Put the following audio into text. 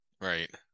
right